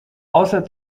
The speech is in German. außer